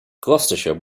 gloucestershire